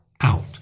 out